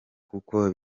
kuko